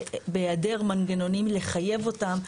בהעדר מנגנונים לחייב אותם,